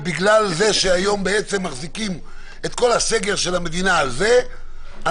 ובגלל זה שהיום מחזיקים את כל הסגר של המדינה על זה,